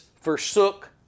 forsook